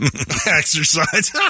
Exercise